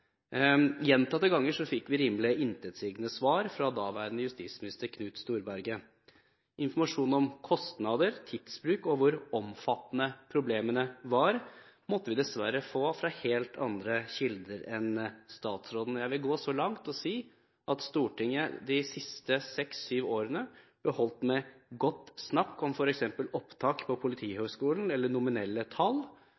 Gjentatte ganger fikk vi rimelig intetsigende svar fra daværende justisminister Knut Storberget. Informasjon om kostnader, tidsbruk og hvor omfattende problemene var, måtte vi dessverre få fra helt andre kilder enn statsråden. Jeg vil gå så langt som til å si at Stortinget de siste seks–syv årene ble holdt med godt snakk om f.eks. opptak på